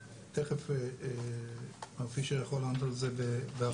תיכף מר פישר יכול לענות על זה בהרחבה.